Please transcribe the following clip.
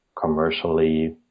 commercially